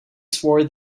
swore